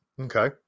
Okay